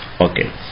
Okay